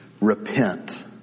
Repent